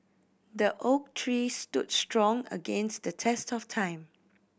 the oak tree stood strong against the test of time